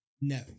No